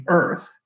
earth